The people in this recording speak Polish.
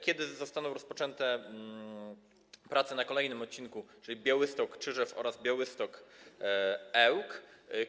Kiedy zostaną rozpoczęte prace na kolejnych odcinkach, czyli Białystok - Czyżew oraz Białystok - Ełk?